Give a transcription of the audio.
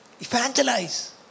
evangelize